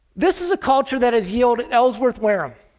this is a culture that has yielded ellsworth whareham.